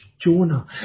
Jonah